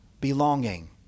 belonging